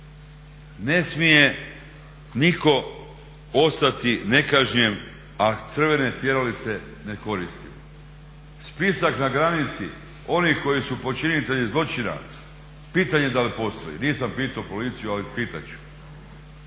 Ne smije nitko ostati nekažnjen, a crvene tjeralice ne koristimo. Spisak na granici onih koji su počinitelji zločina, pitanje je da li postoji. Nisam pitao policiju ali pitat